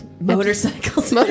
Motorcycles